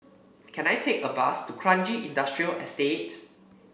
can I take a bus to Kranji Industrial Estate